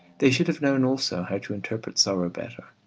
they should have known also how to interpret sorrow better.